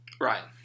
Right